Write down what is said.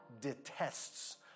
detests